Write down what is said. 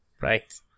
Right